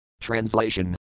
Translation